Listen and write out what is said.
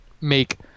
make